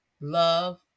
love